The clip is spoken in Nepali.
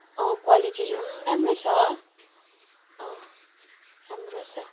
अँ क्वालिटीहरू पनि राम्रै छ अँ राम्रो छ